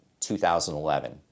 2011